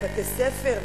בתי-ספר,